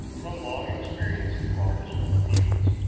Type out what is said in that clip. from long experience in far distant fields,